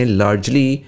largely